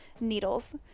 needles